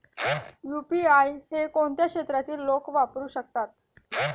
UPI हे कोणत्या क्षेत्रातील लोक वापरू शकतात?